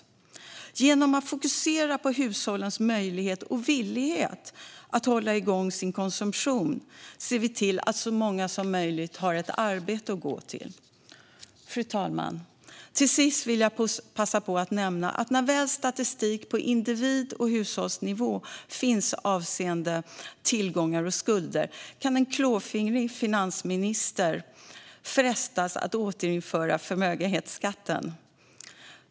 Genom att fokusera på hushållens möjligheter och villighet att hålla igång sin konsumtion ser vi till att så många som möjligt har ett arbete att gå till. Fru talman! Till sist vill jag passa på att nämna att när statistik på individ och hushållsnivå väl finns avseende tillgångar och skulder kan en klåfingrig finansminister frestas att återinföra förmögenhetsskatten.